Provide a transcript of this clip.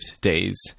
days